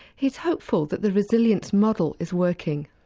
he is hopeful that the resilience model is working.